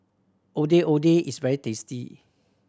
Ondeh Ondeh is very tasty